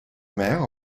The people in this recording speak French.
mère